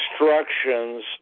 instructions